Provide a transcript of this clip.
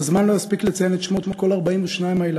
והזמן לא יספיק לציין את שמות כל 42 הילדים,